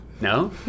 No